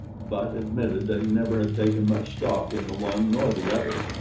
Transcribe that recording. but admitted that he never had taken much stock in the one nor the other.